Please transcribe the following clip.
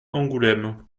angoulême